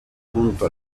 junto